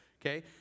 Okay